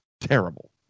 Terrible